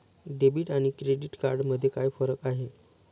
Debit आणि credit card मध्ये काय फरक आहे?